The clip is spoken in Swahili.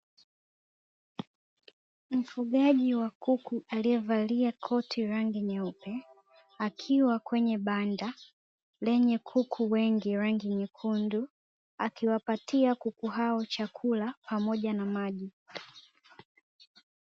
Mfugaji wa kuku alievalia koti rangi nyeupe, akiwa kwenye banda lenye kuku wengi rangi nyekundu. Akiwapatia kuku hao chakula pamoja na maji.